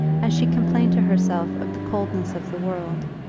as she complained to herself of the coldness of the world,